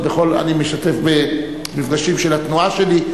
אני משתתף במפגשים של התנועה שלי,